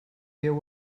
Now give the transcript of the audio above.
there